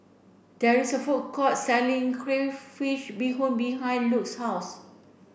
there is a food court selling Crayfish Beehoon behind Luke's house